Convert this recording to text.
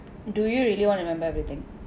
do you really want to remember everything